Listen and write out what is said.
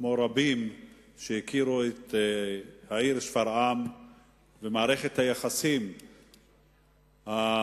כמו רבים שהכירו את העיר שפרעם ואת מערכת היחסים הטובה